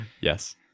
Yes